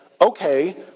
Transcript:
okay